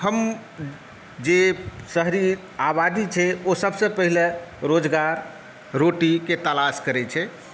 हम जे शहरी आबादी छै ओ सभसँ पहिले रोजगार रोटीके तलाश करैत छै